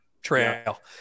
trail